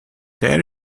there